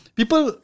people